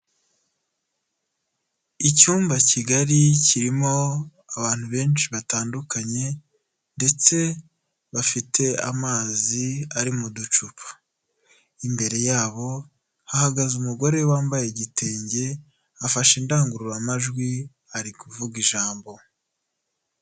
Icyumba kigali kirimo abantu benshi batandukanye, ndetse bafite amazi ari mu ducupa. Imbere yabo ahagaze umugore wambaye igitenge afashe indangururamajwi arikuvuga ijambo.